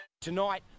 Tonight